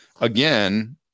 Again